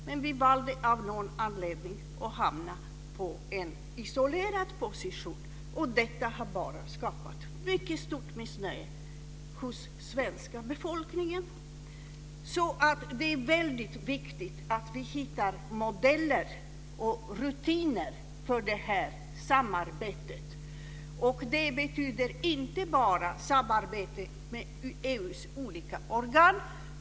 Men vi valde av någon anledning en isolerad position. Detta har skapat mycket stort missnöje hos den svenska befolkningen. Det är viktigt att vi hittar modeller och rutiner för samarbetet. Det betyder inte bara samarbete med EU:s olika organ.